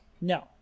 no